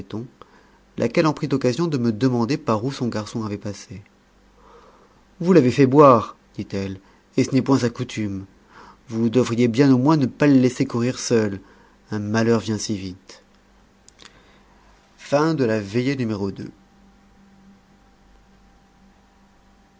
laquelle en prit occasion de me demander par où son garçon avait passé vous l'avez fait boire dit-elle et ce n'est point sa coutume vous devriez bien au moins ne pas le laisser courir seul un malheur vient si vite troisième veillée